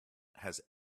has